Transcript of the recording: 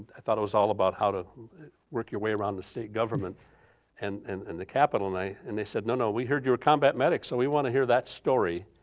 thought it was all about how to work your way around the state government and and and the capital night and they said, no, no, we heard you were a combat medic so we wanna hear that story.